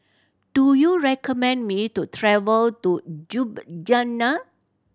do you recommend me to travel to Ljubljana